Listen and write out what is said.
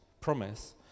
promise